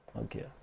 Okay